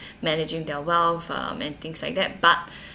managing their wealth um and things like that but